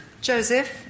Joseph